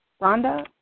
Rhonda